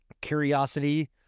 curiosity